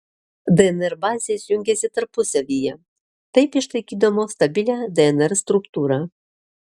dnr bazės jungiasi tarpusavyje taip išlaikydamos stabilią dnr struktūrą